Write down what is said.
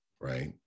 right